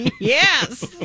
Yes